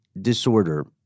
disorder